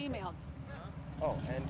email and